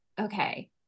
okay